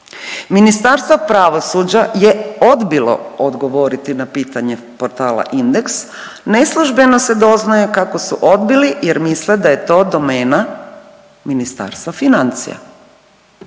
Ministarstvo pravosuđa je odbilo odgovoriti na pitanje portala Index, neslužbeno se doznaje kako su odbili jer misle da je to domena Ministarstva financija.